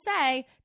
say